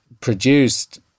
produced